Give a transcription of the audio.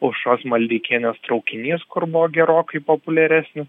aušros maldeikienės traukinys kur buvo gerokai populiaresnis